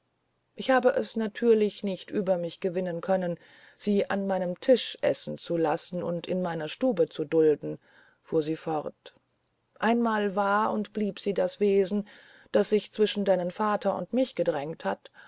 ich habe es natürlich nicht über mich gewinnen können sie an meinem tische essen zu lassen und in meiner stube zu dulden fuhr sie fort einmal war und blieb sie das wesen das sich zwischen deinen vater und mich gedrängt hat